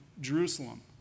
Jerusalem